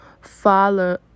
follow